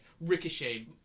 ricochet